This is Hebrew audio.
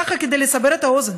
כדי לסבר את האוזן,